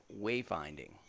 wayfinding